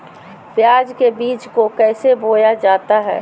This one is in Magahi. प्याज के बीज को कैसे बोया जाता है?